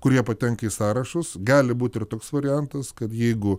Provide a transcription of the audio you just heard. kurie patenka į sąrašus gali būti ir toks variantas kad jeigu